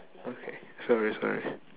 okay sorry sorry